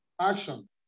Action